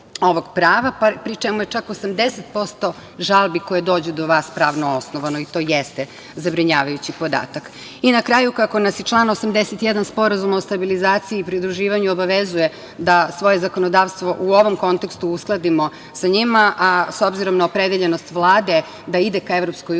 ovog prava, pri čemu je čak 80% žalbi koje dođu do vas pravno osnovano i to jeste zabrinjavajući podatak. Na kraju, kako nas i član 81. Sporazuma o stabilizaciji i pridruživanju obavezuje da svoje zakonodavstvo u ovom kontekstu uskladimo sa njim, a s obzirom na opredeljenost Vlade da ide ka EU,